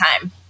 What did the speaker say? time